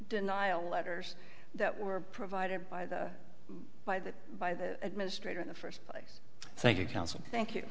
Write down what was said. denial letters that were provided by the by the by the administrator in the first place thank you